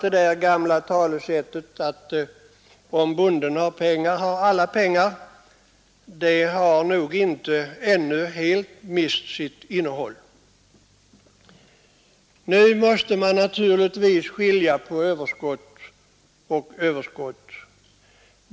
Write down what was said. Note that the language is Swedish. Det gamla talesättet att ”om bonden har pengar har alla pengar” har nog inte helt mist sitt innehåll. Man måste naturligtvis skilja på överskott och öve kott.